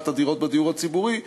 ממכירת הדירות בדיור הציבורי,